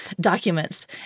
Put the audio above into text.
documents